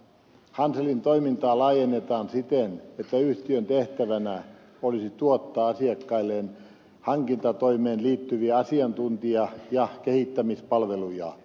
hanselin toimintaa laajennetaan siten että yhtiön tehtävänä olisi tuottaa asiakkailleen hankintatoimeen liittyviä asiantuntija ja kehittämispalveluja